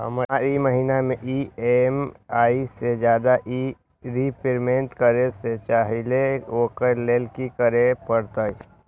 हम ई महिना में ई.एम.आई से ज्यादा रीपेमेंट करे के चाहईले ओ लेल की करे के परतई?